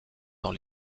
dans